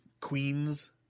Queen's